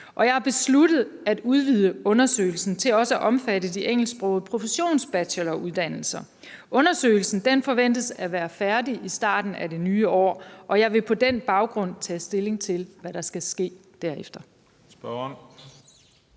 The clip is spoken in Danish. jeg har besluttet at udvide undersøgelsen til også at omfatte de engelsksprogede professionsbacheloruddannelser. Undersøgelsen forventes at være færdig i starten af det nye år, og jeg vil på den baggrund tage stilling til, hvad der skal ske derefter.